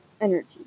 energy